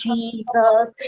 Jesus